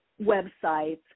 websites